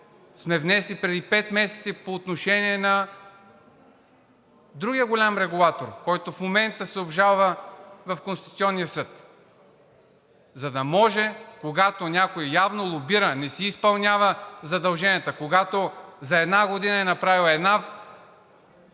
сме внесли преди пет месеца и по отношение на другия голям регулатор, който в момента се обжалва в Конституционния съд. За да може, когато някой явно лобира, не си изпълнява задълженията, когато за една година е направил една